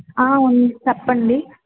అవును చెప్పండి